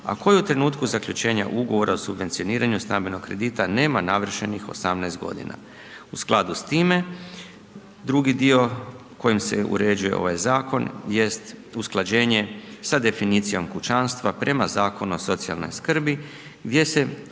a koji u trenutku zaključenja ugovora o subvencioniranju stambenog kredita nema navršenih 18 godina. U skladu s time, drugi dio kojim se uređuje ovaj zakon jest usklađenje sa definicijom kućanstva prema Zakonu o socijalnoj skrbi gdje se